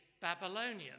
Babylonian